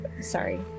sorry